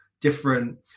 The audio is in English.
different